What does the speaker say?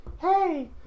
Hey